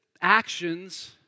actions